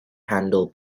handle